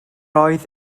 oedd